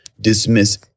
dismiss